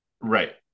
right